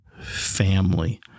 family